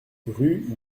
rue